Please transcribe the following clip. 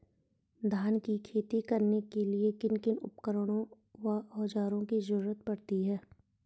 धान की खेती करने के लिए किन किन उपकरणों व औज़ारों की जरूरत पड़ती है?